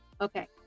Okay